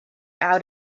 out